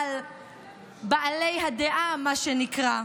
בעלי הדעה, מה שנקרא,